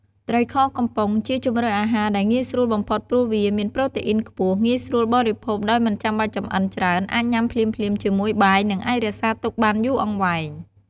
ត្រីខកំប៉ុង ជាជម្រើសអាហារដែលងាយស្រួលបំផុតព្រោះវា មានប្រូតេអ៊ីនខ្ពស់ ងាយស្រួលបរិភោគដោយមិនចាំបាច់ចម្អិនច្រើន អាចញ៉ាំភ្លាមៗជាមួយបាយនឹងអាចរក្សាទុកបានយូរអង្វែង។